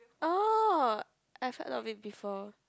oh I've heard of it before